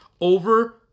over